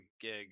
gig